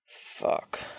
Fuck